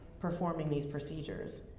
performing these procedures.